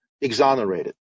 exonerated